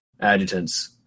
adjutants